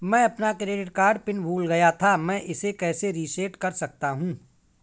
मैं अपना credit card PIN भूल गया था मैं इसे कैसे रीसेट कर सकता हूँ?